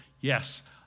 yes